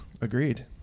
Agreed